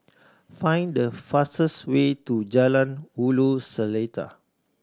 find the fastest way to Jalan Ulu Seletar